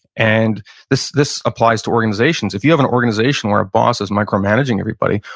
and this this applies to organizations. if you have an organization where a boss is micromanaging everybody,